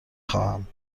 خواهم